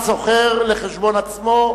היא מסכימה.